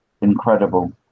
incredible